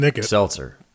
seltzer